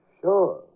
Sure